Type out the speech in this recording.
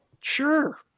Sure